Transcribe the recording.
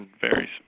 varies